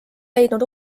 leidnud